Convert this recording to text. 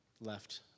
left